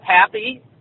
happy